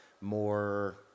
More